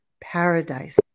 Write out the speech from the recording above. Paradise